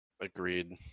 Agreed